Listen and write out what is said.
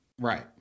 right